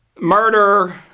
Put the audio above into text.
Murder